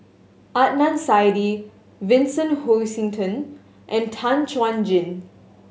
Adnan Saidi Vincent Hoisington and Tan Chuan Jin